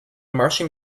martian